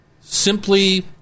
simply